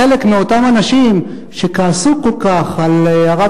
חלק מאותם אנשים שכעסו כל כך על הרב